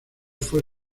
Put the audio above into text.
fue